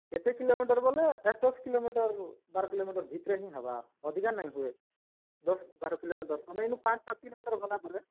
କେତେ କିଲୋମିଟର ବୋଲେ ଆଠ୍ ଦଶ କିଲୋମିଟର ବାର କିଲୋମିଟର ଭିତରେ ହିଁ ହେବା ଅଧିକା ନାଇଁ ହୁଏ ଦଶ ବାର କିଲୋମିଟର ତୁମେ ଏଇନୁ ପାଞ୍ଚ ସାତ କିଲୋମିଟର ଗଲାପରେ